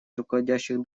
руководящих